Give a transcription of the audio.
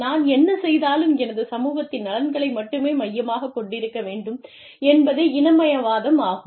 நான் என்ன செய்தாலும் எனது சமூகத்தின் நலன்களை மட்டுமே மையமாகக் கொண்டிருக்க வேண்டும் என்பதே இனமயவாதம் ஆகும்